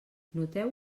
noteu